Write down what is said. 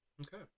Okay